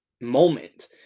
moment